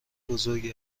بزرگی